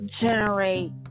generate